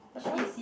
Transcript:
Batam